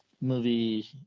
movie